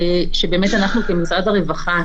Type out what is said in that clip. שבאמת אנחנו כמשרד הרווחה,